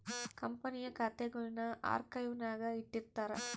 ಕಂಪನಿಯ ಖಾತೆಗುಳ್ನ ಆರ್ಕೈವ್ನಾಗ ಇಟ್ಟಿರ್ತಾರ